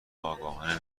آگاهانه